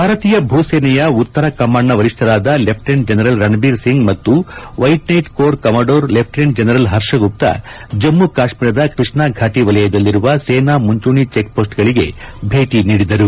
ಭಾರತೀಯ ಭೂಸೇನೆಯ ಉತ್ತರ ಕಮಾಂಡ್ನ ವರಿಷ್ಠರಾದ ಲೆಫ್ಟಿನೆಂಟ್ ಜನರಲ್ ರಣಬೀರ್ ಸಿಂಗ್ ಮತ್ತು white knight corps commander lieutenant general Harsha Gupta Jammu ಕಾಶ್ಮೀರದ ಕೃಷ್ಣಾಘಾಟಿ ವಲಯದಲ್ಲಿರುವ ಸೇನಾ ಮುಂಚೂಣಿ ಚೆಕ್ಪೋಸ್ಟ್ಗಳಿಗೆ ಭೇಟಿ ನೀದಿದರು